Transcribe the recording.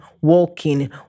walking